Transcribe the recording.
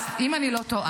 קריאה ראשונה.